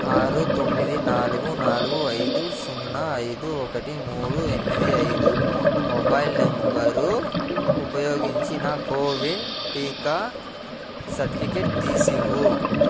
ఆరు తొమ్మిది నాలుగు నాలుగు అయిదు సున్నా అయిదు ఒకటి మూడు ఎనిమిది అయిదు మొబైల్ నంబరు ఉపయోగించి నా కోవిన్ టీకా సర్టిఫికేట్ తీసివ్వు